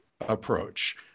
approach